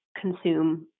consume